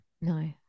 No